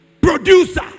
producer